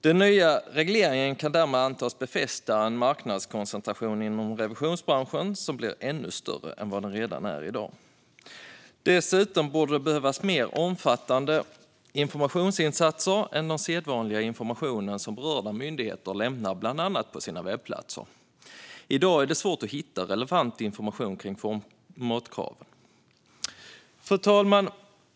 Den nya regleringen kan därmed antas befästa en marknadskoncentration inom revisionsbranschen, som blir ännu större än vad den redan är i dag. Dessutom borde det behövas mer omfattande informationsinsatser än den sedvanliga information som berörda myndigheter lämnar på bland annat sina webbplatser. I dag är det svårt att hitta relevant information kring formatkraven. Fru talman!